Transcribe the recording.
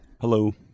Hello